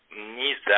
NISA